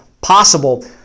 possible